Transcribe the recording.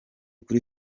kuri